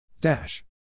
Dash